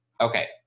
Okay